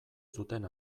zuten